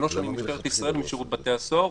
הם לא שונים ממשטרת ישראל, משירות בתי הסוהר.